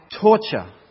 torture